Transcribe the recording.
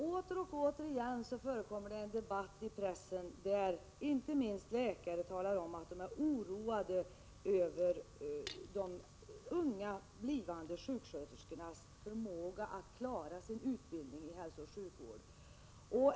Åter och åter förekommer en debatt i pressen, där inte minst läkare talar om att de är oroade över de unga blivande sjuksköterskornas förmåga att klara sina arbetsuppgifter inom hälsooch sjukvården.